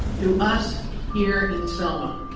to us here in selma.